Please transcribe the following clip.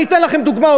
אני אתן לכם דוגמה.